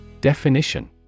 Definition